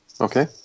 Okay